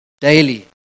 daily